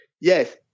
Yes